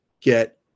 get